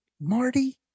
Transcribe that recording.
marty